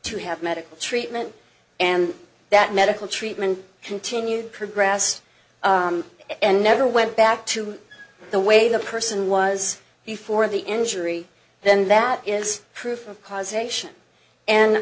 to have medical treatment and that medical treatment continued progress and never went back to the way the person was before the injury then that is proof of causation and